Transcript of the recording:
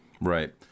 right